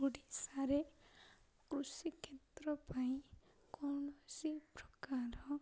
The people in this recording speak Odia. ଓଡ଼ିଶାରେ କୃଷି କ୍ଷେତ୍ର ପାଇଁ କୌଣସି ପ୍ରକାର